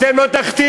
אתם לא תכתיבו.